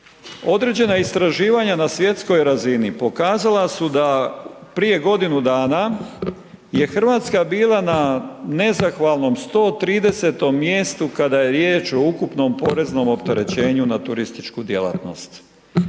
Određena istraživanja na svjetskoj razini pokazala su da prije godinu dana je Hrvatska bila na nezahvalnom 130. mjestu kada je riječ o ukupnom poreznom opterećenju na turističku djelatnost.